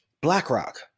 BlackRock